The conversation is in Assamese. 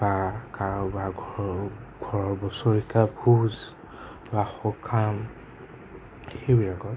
বা কাৰোবাৰ ঘৰ ঘৰৰ বছৰেকীয়া ভোজ বা সকাম সেইবিলাকত